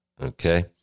Okay